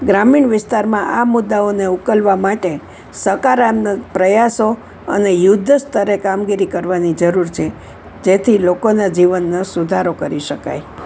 ગ્રામીણ વિસ્તારમાં આ મુદ્દાઓને ઉકલવા માટે સકારાત્મક પ્રયાસો અને યુદ્ધસ્તરે કામગીરી કરવાની જરૂર છે જેથી લોકોનાં જીવનનો સુધારો કરી શકાય